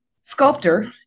sculptor